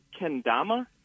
Kendama